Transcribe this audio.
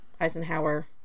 Eisenhower